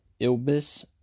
Ilbis